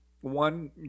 one